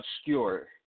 obscure